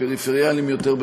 הפריפריאליים יותר,